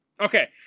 Okay